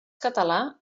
català